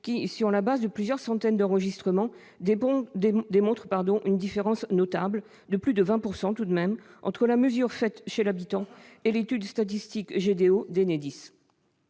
qui, sur la base de plusieurs centaines d'enregistrements, démontrent une différence notable- de plus de 20 %, tout de même -entre la mesure réalisée chez l'habitant et l'étude statistique GDO d'Enedis.